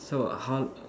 so how